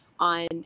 On